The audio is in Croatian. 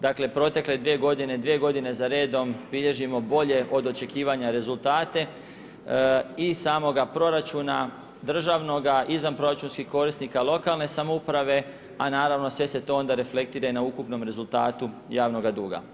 Dakle, protekle dvije godine, dvije godine za redom bilježimo bolje od očekivanja rezultate iz samoga proračuna državnoga, izvanproračunskih korisnika, lokalne samouprave, a naravno sve se to onda reflektira i na ukupnom rezultatu javnoga duga.